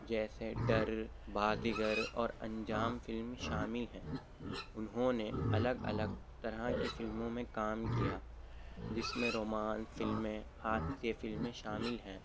جیسے ڈر بازیگر اور انجام فلم شامل ہیں انہوں نے الگ الگ طرح کی فلموں میں کام کیا جس میں رومانس فلمیں ہاسیہ فلمیں شامل ہیں